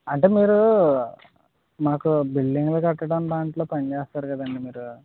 అంటే మీరు మాకు బిల్డింగ్లు కట్టడం దాంట్లో పని చేస్తారు కదా అండి మీరు